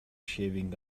shaving